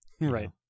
Right